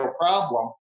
problem